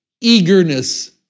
eagerness